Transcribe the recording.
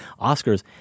Oscars